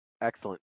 Excellent